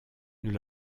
nous